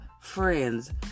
friends